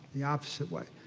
the opposite way.